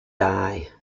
die